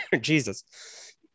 Jesus